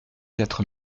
quatre